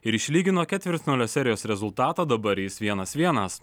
ir išlygino ketvirtfinalio serijos rezultatą dabar jis vienas vienas